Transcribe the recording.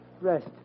Rest